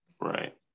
Right